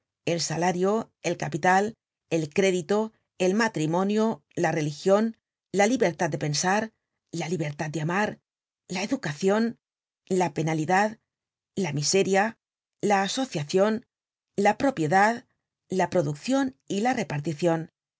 el salario el capital el crédito el matrimonio la religion la libertad de pensar la libertad de amar la educacion la penalidad la miseria la asociacion la propiedad la produccion y la reparticion